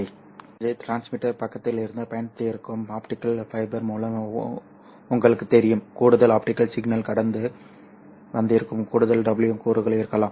இந்த ஆப்டிகல் சமிக்ஞை டிரான்ஸ்மிட்டர் பக்கத்திலிருந்து பயணித்திருக்கும் ஆப்டிகல் ஃபைபர் மூலம் உங்களுக்குத் தெரியும் கூடுதல் ஆப்டிகல் சிக்னல் கடந்து வந்திருக்கும் கூடுதல் WDM கூறுகள் இருக்கலாம்